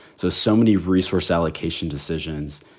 so, so many resource allocation decisions.